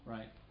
Right